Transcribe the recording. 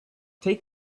take